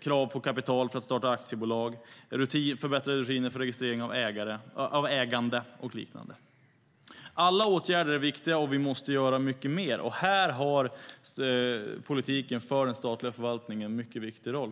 krav på kapital för att starta aktiebolag och förbättrade rutiner för registrering av ägande. Alla åtgärder är viktiga, och vi måste göra mycket mer. Här har politiken för den statliga förvaltningen en mycket viktig roll.